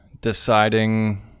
deciding